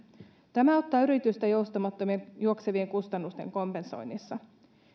tämä auttaa yritystä joustamattomien juoksevien kustannusten kompensoinnissa